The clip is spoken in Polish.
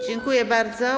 Dziękuję bardzo.